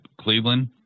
Cleveland